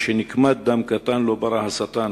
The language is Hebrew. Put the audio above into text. שנקמת דם ילד קטן לא ברא השטן.